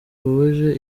bubabaje